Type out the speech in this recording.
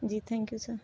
ji thank you sir